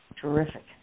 terrific